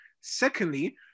Secondly